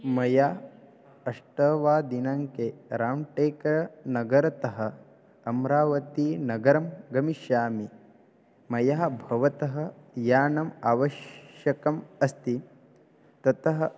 मया अष्टमे वा दिनाङ्के राम्टेकनगरतः अमरावती नगरं गमिष्यामि मह्यं भवतः यानम् आवश्यकम् अस्ति ततः